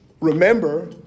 Remember